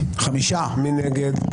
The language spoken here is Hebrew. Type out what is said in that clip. מי נגד?